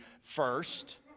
first